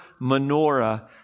menorah